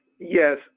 Yes